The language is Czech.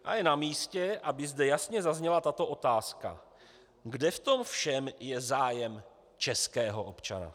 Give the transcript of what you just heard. A je namístě, aby zde jasně zazněla tato otázka: Kde v tom všem je zájem českého občana?